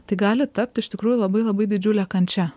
tai gali tapt iš tikrųjų labai labai didžiule kančia